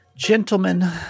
Gentlemen